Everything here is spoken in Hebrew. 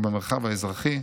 ובמרחב האזרחי,